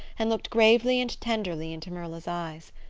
and looked gravely and tenderly into marilla's eyes.